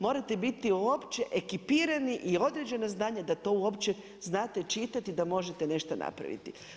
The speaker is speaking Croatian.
Morate biti uopće ekipirani i određena znanja da to uopće znate čitati da možete nešto napraviti.